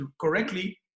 correctly